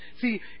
See